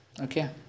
okay